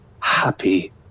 happy